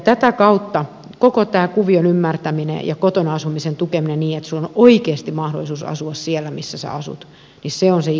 tätä kautta koko tämän kuvion ymmärtäminen ja kotona asumisen tukeminen niin että sinulla on oikeasti mahdollisuus asua siellä missä sinä asut on se iso haaste